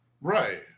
Right